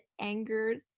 angered